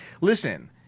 Listen –